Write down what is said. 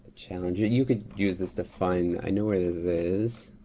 challenge, and you could use this to find, i know where this is.